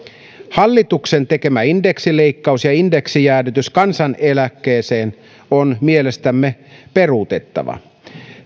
hallituksen tekemä indeksileikkaus ja indeksijäädytys kansaneläkkeeseen on mielestämme peruutettava